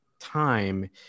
time